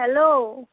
hello